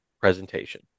presentation